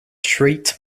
street